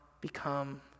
become